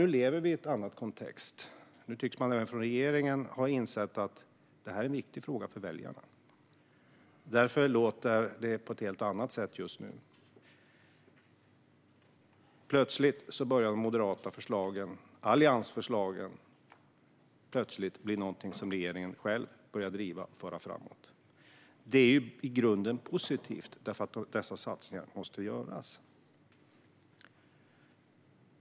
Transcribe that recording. Nu har vi en annan kontext, och även regeringen tycks ha insett att det är en viktig fråga för väljarna. Därför låter det på ett helt annat sätt. Plötsligt börjar regeringen driva moderata förslag och alliansförslag. Det är i grunden positivt eftersom dessa satsningar måste göras.